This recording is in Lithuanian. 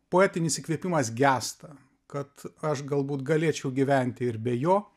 poetinis įkvėpimas gęsta kad aš galbūt galėčiau gyventi ir be jo